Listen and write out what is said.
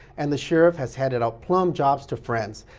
and the sheriff has handed out plum jobs to friends,